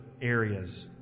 areas